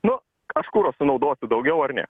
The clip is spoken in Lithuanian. nu aš kuro sunaudosiu daugiau ar ne